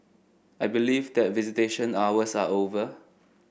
I believe that visitation hours are over